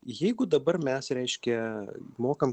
jeigu dabar mes reiškia mokam